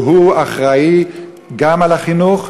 והוא אחראי גם לחינוך,